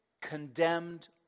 condemned